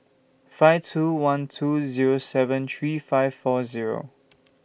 five two one two Zero seven three five four Zero